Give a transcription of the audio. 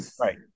right